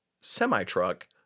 semi-truck